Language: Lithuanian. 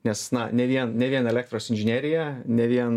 nes na ne vien ne vien elektros inžinerija ne vien